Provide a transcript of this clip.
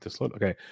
Okay